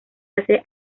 hace